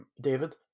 David